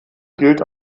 gilt